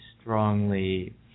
strongly